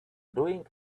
doing